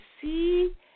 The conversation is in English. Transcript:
see